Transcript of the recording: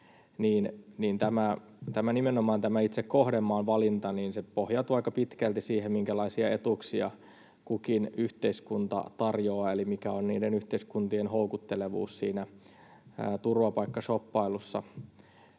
niin nimenomaan itse tämä kohdemaan valinta pohjautuu aika pitkälti siihen, minkälaisia etuuksia kukin yhteiskunta tarjoaa eli mikä on niiden yhteiskuntien houkuttelevuus siinä turvapaikkashoppailussa.